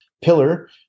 pillar